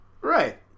right